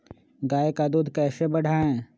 गाय का दूध कैसे बढ़ाये?